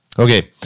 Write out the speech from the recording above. okay